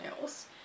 else